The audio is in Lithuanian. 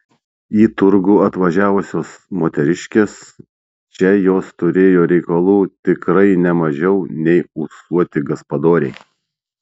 į turgų atvažiavusios moteriškės čia jos turėjo reikalų tikrai ne mažiau nei ūsuoti gaspadoriai